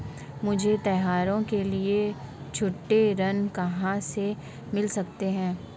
मुझे त्योहारों के लिए छोटे ऋृण कहां से मिल सकते हैं?